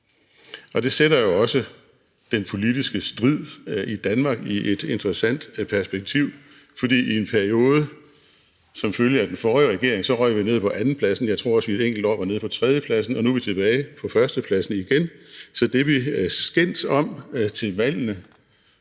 Og det sætter jo også den politiske strid i Danmark i et interessant perspektiv, fordi i en periode som følge af den forrige regering røg vi ned på andenpladsen, og jeg tror også, at vi i et enkelt år var nede på tredjepladsen, og nu er vi tilbage på førstepladsen igen. Så det, vi skændes om til valgene,